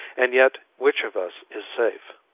and yet which of us is safe?